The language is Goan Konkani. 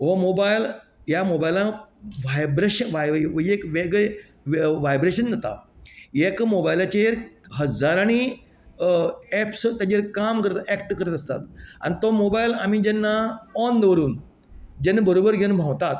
हो मोबायल ह्या मोबायलाक व्हायब्रेशन एक वेगळे व्हायब्रेशन जात एका मोबायलाचेर हजारांनी एप्स ताचेर काम करता एक्ट करीत आसता आनी तो मोबायल आमी जेन्ना ऑन दवरून जेन्ना बरोबर घेवन भोंवतात